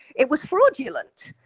it was fraudulent,